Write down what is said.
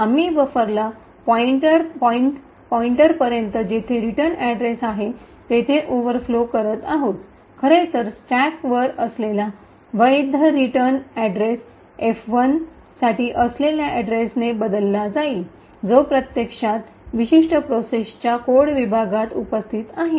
आम्ही बफरला पॉईंटपर्यंत जेथे रिटर्न अड्रेस आहे तिथे ओव्हरफ्लो करत आहोत खरेतर स्टॅकवर असलेला वैध रिटर्न अड्रेस F1 साठी असलेल्या अड्रेसने बदलला जाईल जो प्रत्यक्षात विशिष्ट प्रोसेसच्या कोड विभागात सेग्मेंट segment उपस्थित आहे